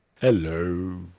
Hello